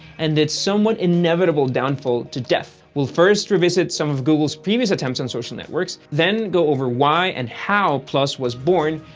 and its somewhat inevitable downfall to death. we'll first revisit some of google's previous attempts on social networks, then go over why and how plus was born,